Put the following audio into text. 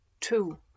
Two